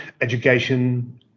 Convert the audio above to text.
education